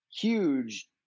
huge